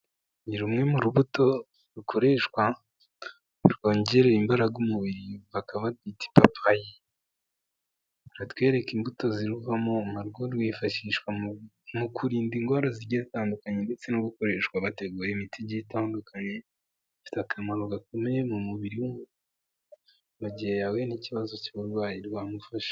Ni rumwe mu rubuto rukoreshwa rwongerera imbaraga umubiri bakaba barwita ipapayi, baratwereka imbuto ziruvamo na rwo rwifashishwa mu kurinda indwara zigiye zitandukanye ndetse no gukoreshwa bategura imiti igiye itandukanye, ifite akamaro gakomeye mu mubiri w'umuntu mu gihe yahuye n'ikibazo cy'uburwayi rwamufasha.